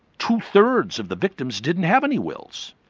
two-thirds of the victims didn't have any wills.